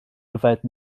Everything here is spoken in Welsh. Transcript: yfed